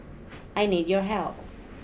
I need your help